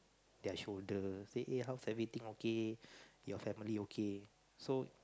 their shoulder say eh how's everything okay your family okay so